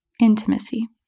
intimacy